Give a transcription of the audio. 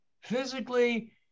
physically